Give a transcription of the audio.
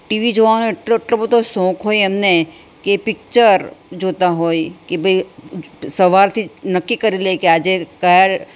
TV જોવાનો એટલો એટલો બધો શોખ હોય એમને કે પીક્ચર જોતાં હોય કે ભાઈ સવારથી નક્કી કરી લે કે આજે કાર